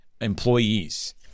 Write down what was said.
employees